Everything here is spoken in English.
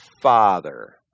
father